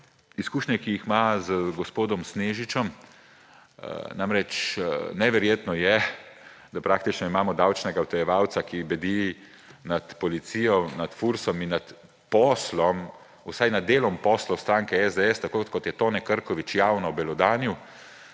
izkušnje, ki jih ima z gospodom Snežičem. Neverjetno je, da praktično imamo davčnega utajevalca, ki bedi nad policijo, nad Fursom in nad poslom, vsaj nad delom poslov stranke SDS, tako kot je Tone Krkovič javno obelodanil.